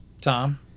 Tom